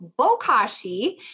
Bokashi